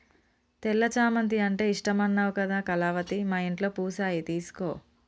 తెల్ల చామంతి అంటే ఇష్టమన్నావు కదా కళావతి మా ఇంట్లో పూసాయి తీసుకో